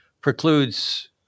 precludes